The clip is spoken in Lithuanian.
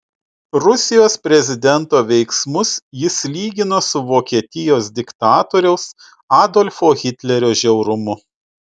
rusijos prezidento veiksmus jis lygino su vokietijos diktatoriaus adolfo hitlerio žiaurumu